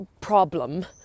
problem